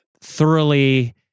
thoroughly